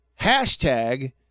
hashtag